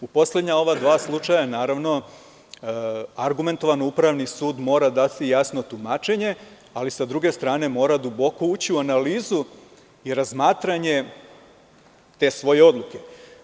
U poslednja ova dva slučajeva, naravno argumentovano Upravni sud mora dati jasno tumačenje, ali sa druge strane, mora duboko ući u analizu i razmatranje te svoje odluke.